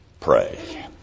pray